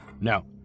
No